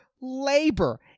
labor